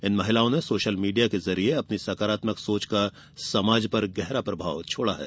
इन महिलाओं ने social media के जरिए अपनी सकारात्मक सोच का समाज पर गहरा प्रभाव छोड़ा है